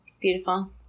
Beautiful